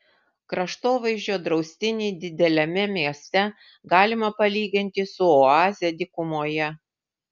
kraštovaizdžio draustinį dideliame mieste galima palyginti su oaze dykumoje